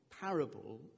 parable